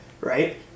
right